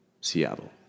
Seattle